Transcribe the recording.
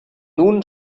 nun